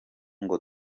ngo